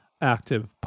active